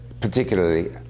particularly